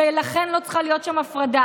ולכן לא צריכה להיות שם הפרדה.